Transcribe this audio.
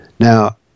Now